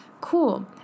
Cool